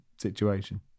situation